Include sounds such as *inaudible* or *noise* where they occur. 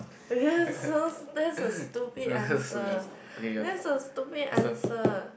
that's so *laughs* that's a stupid answer that's a stupid answer